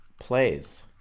Plays